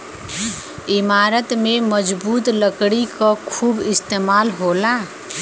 इमारत में मजबूत लकड़ी क खूब इस्तेमाल होला